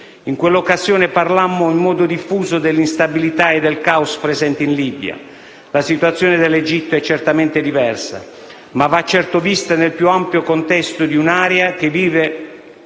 In quell'occasione parlammo in modo diffuso dell'instabilità e del caos presenti in Libia. La situazione dell'Egitto è certamente diversa, ma va certo vista nel più ampio contesto di un'area che vive